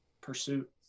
pursuit